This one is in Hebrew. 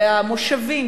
במושבים,